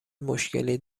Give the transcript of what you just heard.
مشکلی